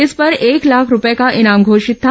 इस पर एक लाख रूपए का इनाम घोषित था